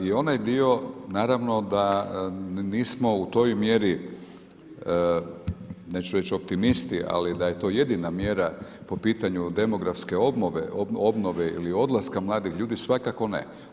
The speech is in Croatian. I onaj dio naravno da nismo u toj mjeri, neću reć optimisti, ali da je to jedina mjera po pitanju demografske obnove ili odlaska mladih ljudi, svakako ne.